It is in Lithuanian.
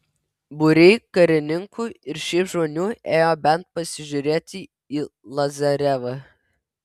būriai karininkų ir šiaip žmonių ėjo bent pasižiūrėti į lazarevą